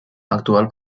actual